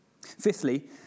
Fifthly